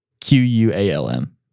Q-U-A-L-M